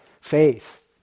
faith